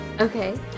okay